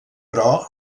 però